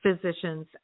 physicians